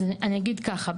אז אני אגיד ככה,